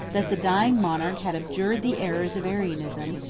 that the dying monarch had abjured the errors of arianism,